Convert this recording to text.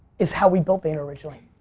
is how we built vayner originally.